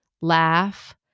laugh